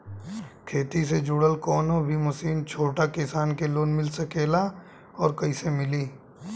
खेती से जुड़ल कौन भी मशीन छोटा किसान के लोन मिल सकेला और कइसे मिली?